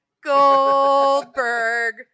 Goldberg